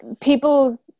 people